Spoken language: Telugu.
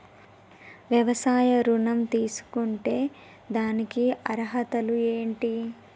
వ్యవసాయ ఋణం తీసుకుంటే దానికి అర్హతలు ఏంటి?